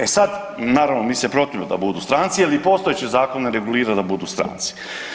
E sad naravno, mi se protivimo da budu stranci jer i postojeći zakon regulira da budu stranci.